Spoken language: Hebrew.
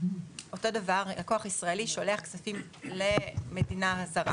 ואותו הדבר אם לקוח ישראלי שולח כספים למדינה זרה